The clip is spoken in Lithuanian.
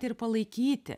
ir palaikyti